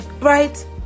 Right